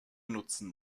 nutzen